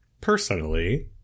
personally